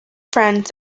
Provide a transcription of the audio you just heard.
friends